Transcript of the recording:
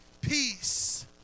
peace